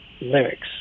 lyrics